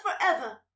forever